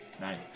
Nine